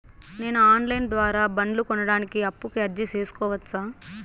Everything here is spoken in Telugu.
నేను ఆన్ లైను ద్వారా బండ్లు కొనడానికి అప్పుకి అర్జీ సేసుకోవచ్చా?